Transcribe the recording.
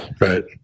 Right